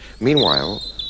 Meanwhile